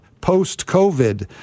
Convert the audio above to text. post-COVID